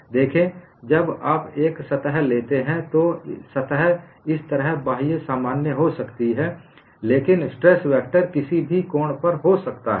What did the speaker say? देखें जब आप एक सतह लेते हैं तो सतह इस तरह बाह्य सामान्य हो सकती है लेकिन स्ट्रेस वेक्टर किसी भी कोण पर हो सकता है